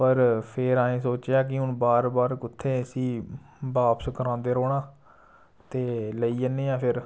पर फिर असें सोच्चेआ कि हून बार बार कुत्थै इस्सी बापस करोआंदे रौह्ना ते लेई जन्ने आं फिर